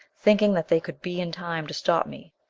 thinking that they could be in time to stop me.